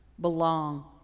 belong